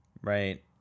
right